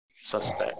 suspect